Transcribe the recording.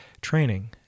training